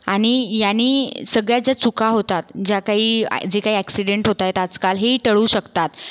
आणि यांनी सगळ्याच्या चुका होतात ज्या काही जे काही एक्सीडेंट होतात आजकाल ही टळू शकतात